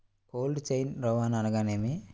Cold chain రవాణా అనగా నేమి?